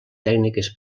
tècniques